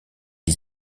dit